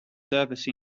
service